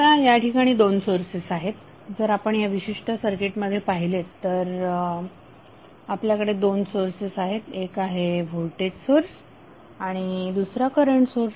आता या ठिकाणी दोन सोर्सेस आहेत जर आपण या विशिष्ट सर्किट मध्ये पाहिलेत तर आपल्याकडे दोन सोर्सेस आहेत एक आहे व्होल्टेज सोर्स आणि दुसरा करंट सोर्स